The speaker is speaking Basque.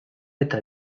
eta